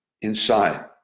inside